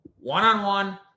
one-on-one